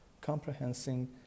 comprehending